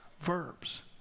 verbs